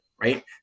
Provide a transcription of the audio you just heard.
right